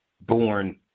Born